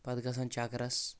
پتہٕ گژھان چکرس